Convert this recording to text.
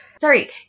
sorry